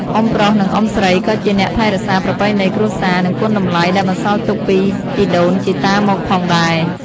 អ៊ុំប្រុស និងអ៊ុំស្រីក៏ជាអ្នកថែរក្សាប្រពៃណីគ្រួសារ និងគុណតម្លៃដែលបន្សល់ទុកពីជីដូនជីតាមកផងដែរ។